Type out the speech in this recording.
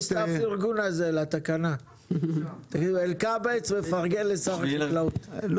בפרוטוקול, אלקבץ מפרגן לשר החקלאות..